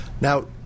Now